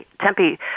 Tempe